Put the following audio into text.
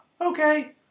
okay